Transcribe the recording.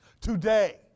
Today